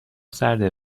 سرده